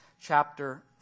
chapter